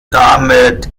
damit